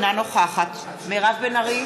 אינה נוכחת מירב בן ארי,